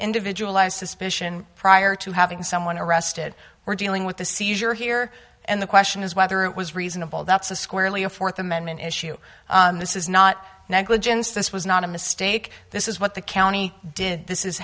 individualized suspicion prior to having someone arrested for dealing with the seizure here and the question is whether it was reasonable that's a squarely a fourth amendment issue this is not negligence this was not a mistake this is what the county did this is